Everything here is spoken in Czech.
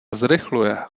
zrychluje